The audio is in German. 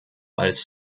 als